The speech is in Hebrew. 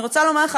אני רוצה לומר לך,